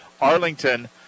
Arlington